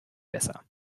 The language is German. besser